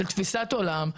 של תפיסת עולם,